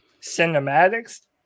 cinematics